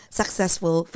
successful